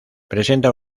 presenta